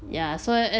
oh